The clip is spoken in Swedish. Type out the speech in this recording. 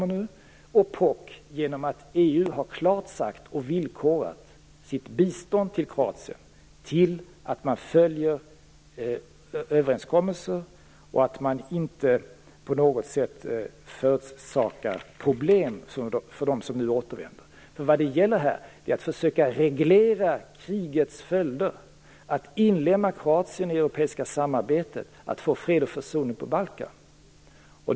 Med pock genom att EU har villkorat sitt bistånd till Kroatien med att man skall följa överenskommelser och inte på något sätt förorsaka problem för dem som nu återvänder. Vad det gäller här är att försöka reglera krigets följder, att inlemma Kroatien i det europeiska samarbetet och att få fred och försoning på Balkan.